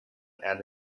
and